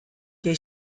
que